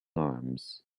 arms